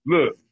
Look